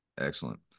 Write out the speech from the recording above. Excellent